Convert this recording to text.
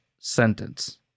sentence